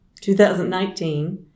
2019